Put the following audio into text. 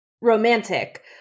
romantic